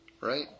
right